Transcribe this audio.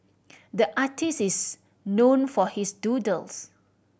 the artist is known for his doodles